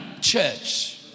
church